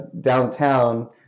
downtown